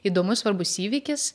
įdomus svarbus įvykis